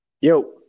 Yo